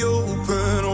open